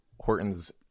Horton's